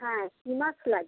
হ্যাঁ কী মাছ লাগবে